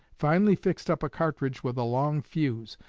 finally fixed up a cartridge with a long fuse,